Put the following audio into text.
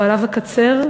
ולגביו אקצר,